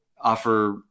offer